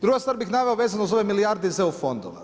Druga stvar bih naveo vezano uz ove milijarde iz EU fondova.